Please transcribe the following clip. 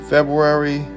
February